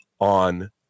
on